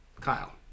Kyle